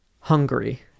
Hungary